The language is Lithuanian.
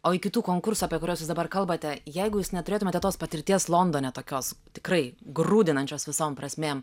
o iki tų konkursų apie kuriuos dabar kalbate jeigu jūs neturėtumėte tos patirties londone tokios tikrai grūdinančios visom prasmėm